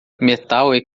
metal